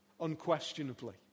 Unquestionably